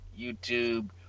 YouTube